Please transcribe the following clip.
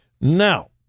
Now